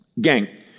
Gang